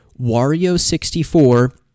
Wario64